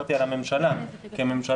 דיברתי על הממשלה כי הממשלה,